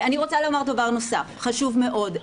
אני רוצה לומר דבר נוסף, חשוב מאוד.